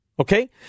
Okay